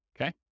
okay